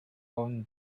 own